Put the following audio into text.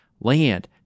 land